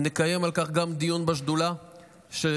שנקיים על כך גם דיון בשדולה שברשותך,